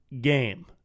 game